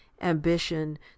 ambition